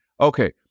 Okay